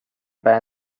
байх